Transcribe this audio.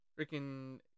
freaking